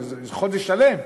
זה חודש שלם.